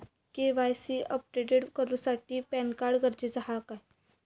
KYC update करूसाठी PAN card गरजेचा हा काय?